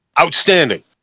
Outstanding